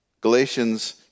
Galatians